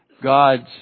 God's